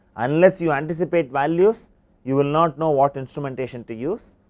unless you anticipate values you will not know what instrumentation to use,